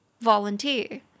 Volunteer